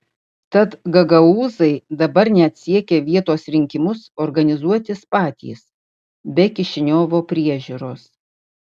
tad gagaūzai dabar net siekia vietos rinkimus organizuotis patys be kišiniovo priežiūros